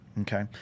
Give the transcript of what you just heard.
okay